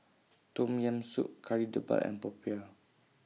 Tom Yam Soup Kari Debal and Popiah